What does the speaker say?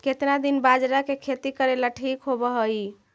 केतना दिन बाजरा के खेती करेला ठिक होवहइ?